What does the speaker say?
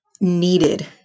needed